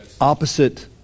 opposite